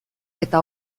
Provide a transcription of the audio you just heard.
eta